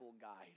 guide